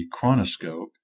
chronoscope